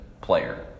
player